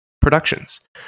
productions